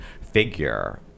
figure